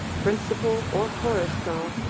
principal or chorus girl,